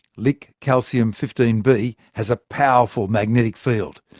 lick calcium fifteen b, has a powerful magnetic field.